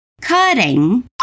cutting